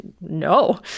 no